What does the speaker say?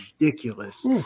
ridiculous